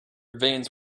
veins